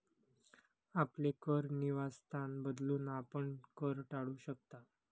आपले कर निवासस्थान बदलून, आपण कर टाळू शकता